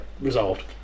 Resolved